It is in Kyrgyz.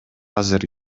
азыр